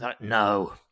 No